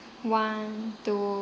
one two